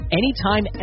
anytime